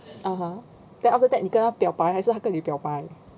(uh huh) then after that 你跟她表白还是她跟你表白